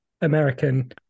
american